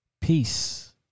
peace